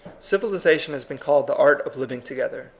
civilization has been called the art of living together.